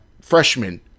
freshman